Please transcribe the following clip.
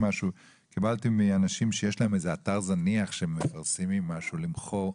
קיבלתי מאנשים שיש להם איזה אתר זניח שהם מפרסמים משהו למכירה,